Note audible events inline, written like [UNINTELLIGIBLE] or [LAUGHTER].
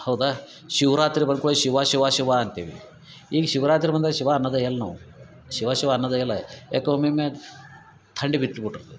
ಹೌದಾ ಶಿವರಾತ್ರಿ ಬಂದ ಕೂಡಲೇ ಶಿವ ಶಿವ ಶಿವ ಅಂತೀವಿ ಈಗ ಶಿವರಾತ್ರಿ ಬಂದೈತೆ ಶಿವ ಅನ್ನೋದೇ ಎಲ್ಲಿ ನಾವು ಶಿವ ಶಿವ ಅನ್ನೋದೇ ಇಲ್ಲ ಯಾವ್ ಒಮ್ಮೆಮ್ಮೆ ಥಂಡಿ ಬಿಟ್ಟು [UNINTELLIGIBLE]